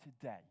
today